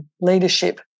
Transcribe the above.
leadership